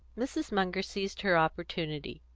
mrs. munger seized her opportunity.